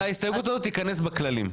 ההסתייגות הזאת תיכנס בכללים.